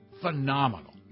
phenomenal